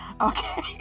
okay